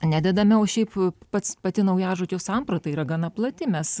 nededame o šiaip pats pati naujažodžio samprata yra gana plati mes